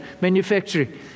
manufacturing